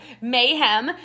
mayhem